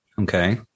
okay